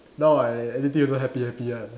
now I anything also happy happy one